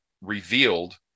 revealed